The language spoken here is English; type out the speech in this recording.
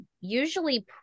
usually